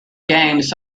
games